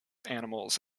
animals